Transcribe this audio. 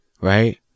right